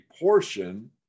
portion